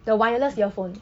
the wireless earphone